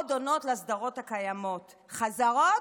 עוד עונות לסדרות הקיימות: "חזרות"